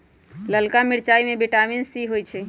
ललका मिरचाई में विटामिन सी होइ छइ